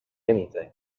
anything